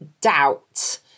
doubt